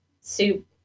soup